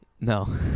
No